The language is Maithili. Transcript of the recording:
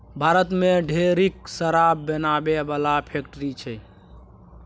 भारत मे ढेरिक शराब बनाबै बला फैक्ट्री छै